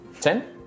ten